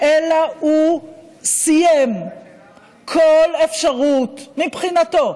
אלא הוא סיים כל אפשרות, מבחינתו,